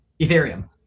Ethereum